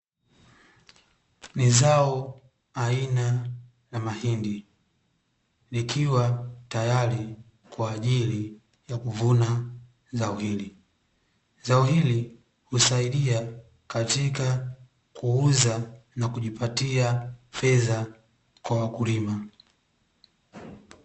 Ni zao aina ya mahindi, likiwa tayari kwa ajili ya kuvuna zao hili. Zao hili husaidia katika kuuza na kujipatia fedha kwa wakulima.